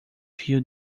fio